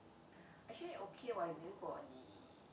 actually okay [what] 如果你